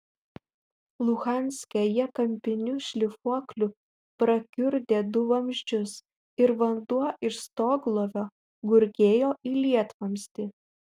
luhanske jie kampiniu šlifuokliu prakiurdė du vamzdžius ir vanduo iš stoglovio gurgėjo į lietvamzdį